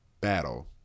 battle